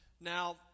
Now